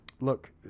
look